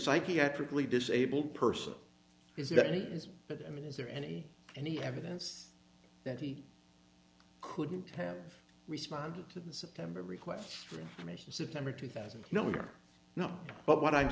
psychiatrically disabled person is that any but i mean is there any any evidence that he couldn't have responded to the september request for information september two thousand known or not but what i'm